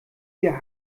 wir